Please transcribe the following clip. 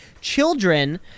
Children